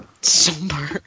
Somber